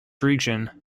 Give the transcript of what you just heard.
region